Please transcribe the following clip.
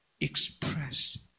expressed